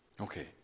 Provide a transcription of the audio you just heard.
Okay